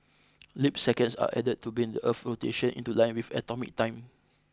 leap seconds are added to bring the Earth's rotation into line with atomic time